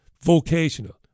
vocational